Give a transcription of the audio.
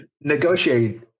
negotiate